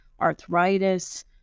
arthritis